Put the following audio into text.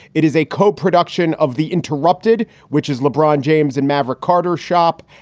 it is a co-production of the interrupted, which is lebron james and maverick carter shop,